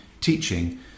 teaching